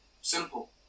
Simple